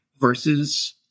versus